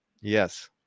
Yes